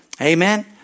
Amen